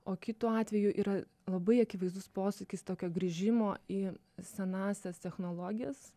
o kitu atveju yra labai akivaizdus posūkis tokio grįžimo į senąsias technologijas